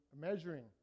measuring